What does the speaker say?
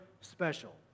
special